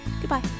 Goodbye